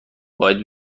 باید